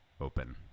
open